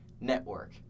Network